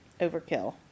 overkill